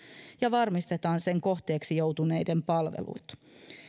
ja varmistetaan sen kohteeksi joutuneiden palvelut